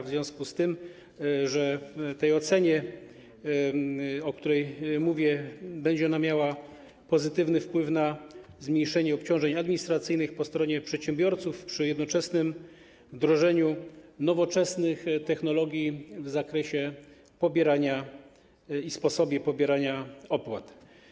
W związku z tym w tej ocenie, o której mówię, będzie ona miała pozytywny wpływ na zmniejszenie obciążeń administracyjnych po stronie przedsiębiorców przy jednoczesnym wdrożeniu nowoczesnych technologii w zakresie pobierania i sposobu pobierania opłat.